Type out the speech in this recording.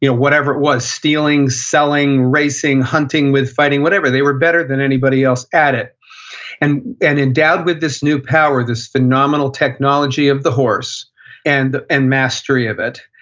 you know whatever it was, stealing, selling, racing, hunting with, fighting, whatever, they were better than anybody else at it and and endowed with this new power, this phenomenal technology of the horse and and mastery of it,